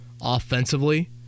offensively